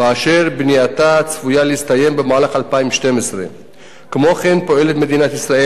ואשר בנייתה צפויה להסתיים במהלך 2012. כמו כן פועלת מדינת ישראל